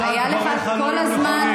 גם אם תצעק,